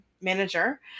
manager